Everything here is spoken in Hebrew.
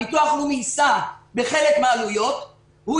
הביטוח הלאומי יישא בחלק מהעלויות והוא